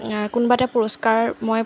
কোনোবা এটা পুৰস্কাৰ মই